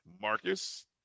Marcus